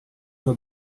uma